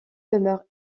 demeure